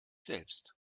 selbst